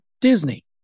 Disney